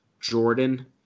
Jordan